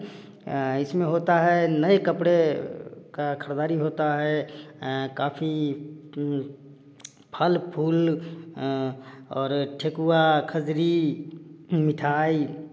इसमें होता है नए कपड़ों का खरीदारी होता है काफ़ी फल फूल और ठेकुआ खजरी मिठाई